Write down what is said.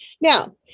Now